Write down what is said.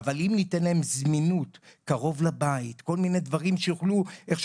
אבל אם ניתן להן זמינות קרוב לבית וכל מיני דברים שיוכלו כמו